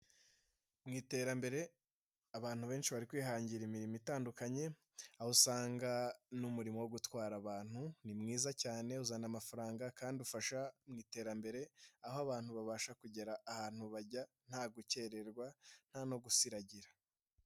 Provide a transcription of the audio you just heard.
Mu iterambere abantu benshi bari kwihangira imirimo itandukanye, aho usanga n'umurimo wo gutwara abantu ni mwiza cyane uzana amafaranga kandi ufasha mu iterambere, aho abantu babasha kugera ahantu bajya nta gukererwa nta no gusiragira.